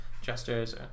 Jester's